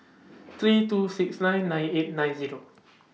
three two six nine nine eight nine Zero